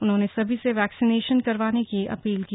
उन्होंने सभी से वैक्शीनेशन करवाने की अपील की